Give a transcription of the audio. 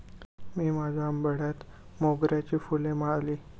मी माझ्या आंबाड्यात मोगऱ्याची फुले माळली